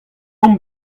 omp